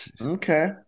Okay